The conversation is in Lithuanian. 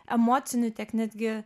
emocinių tiek netgi